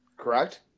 correct